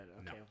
Okay